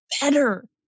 better